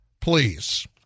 Please